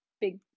big